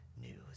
news